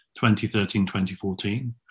2013-2014